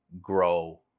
grow